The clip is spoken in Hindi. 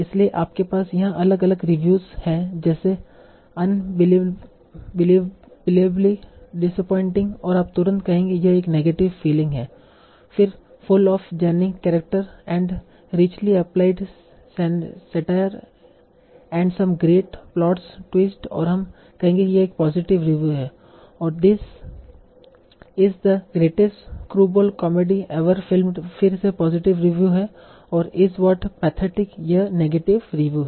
इसलिए आपके पास यहां अलग अलग रिव्युस हैं जैसे अनबिलीवएबली डिसपोइंटिंग और आप तुरंत कहेंगे यह एक नेगेटिव फीलिंग है फिर full of zany character and richly applied satire and some great plots twist और हम कहेंगे कि यह एक पॉजिटिव रिव्यु है this is a greatest screwball comedy ever filmed फिर से पॉजिटिव रिव्यु है और इट वास पथेटिक यह नेगेटिव रिव्यु है